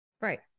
Right